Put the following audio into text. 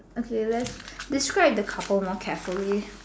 okay where's describe the couple more carefully